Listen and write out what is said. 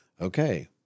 okay